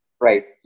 Right